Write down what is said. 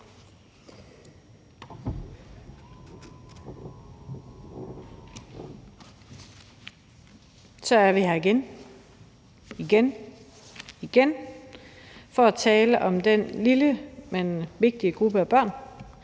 Så er vi her igen igen for at tale om den lille, men vigtige gruppe af børn,